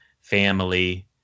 family